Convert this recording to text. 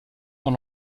dans